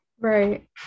Right